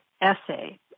essay